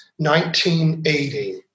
1980